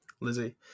Lizzie